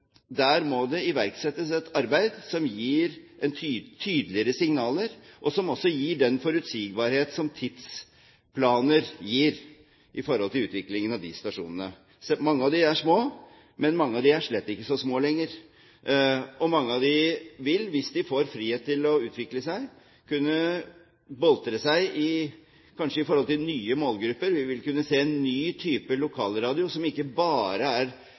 Der må det iverksettes et arbeid som gir tydeligere signaler, og som også gir den forutsigbarhet som tidsplaner gir i forhold til utviklingen av de stasjonene. Mange av dem er små, men mange av dem er slett ikke så små lenger, og mange av dem vil, hvis de får frihet til å utvikle seg, kanskje kunne boltre seg i forhold til nye målgrupper. Vi vil kunne se en ny type lokalradio som ikke bare – hva skal jeg si – er